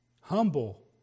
Humble